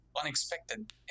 unexpected